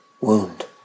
wound